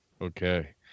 Okay